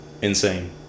Insane